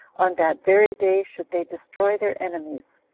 on that very day should they destroy their enemies.